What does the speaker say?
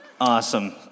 Awesome